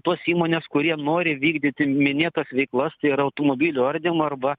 tos įmonės kurie nori vykdyti minėtas veiklas tai yra automobilių ardymą arba